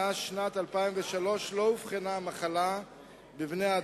מאז שנת 2003 לא אובחנה המחלה בבני-אדם,